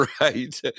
Right